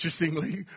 Interestingly